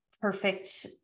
perfect